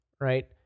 right